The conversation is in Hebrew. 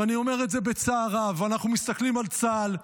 ואני אומר את זה בצער רב, אנחנו מסתכלים על צה"ל,